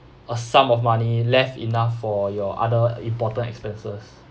a sum of money left enough for your other important expenses